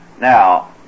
Now